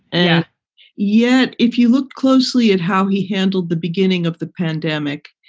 yeah yet, if you look closely at how he handled the beginning of the pandemic,